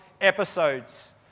episodes